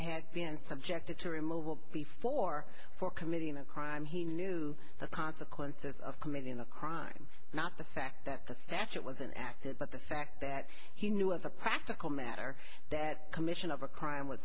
had been subjected to removal before for committing a crime he knew the consequences of committing a crime not the fact that the statute was an active but the fact that he knew as a practical matter that commission of a crime was